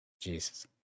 Jesus